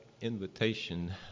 invitation